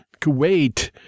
Kuwait